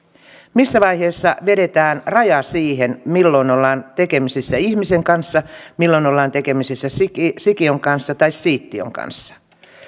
missä vaiheessa vedetään raja siihen milloin ollaan tekemisissä ihmisen kanssa milloin ollaan tekemisissä sikiön sikiön kanssa tai siittiön kanssa